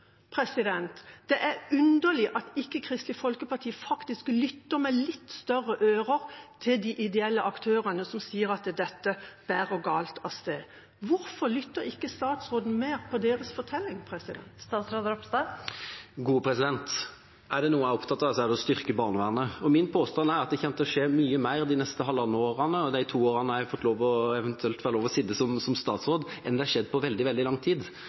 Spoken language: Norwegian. ikke lytter med litt større ører til de ideelle aktørene som sier at dette bærer galt av sted. Hvorfor lytter ikke statsråden mer til deres fortelling? Er det noe jeg er opptatt av, så er det å styrke barnevernet. Min påstand er at det kommer til å skje mye mer det neste halvannet året og de to årene jeg eventuelt får lov til å sitte som statsråd enn på veldig lang tid. Det er fordi vi er klar over at det er store utfordringer i barnevernet. Det er ikke utfordringer som har oppstått bare nå, det har vært utfordringer over lang tid,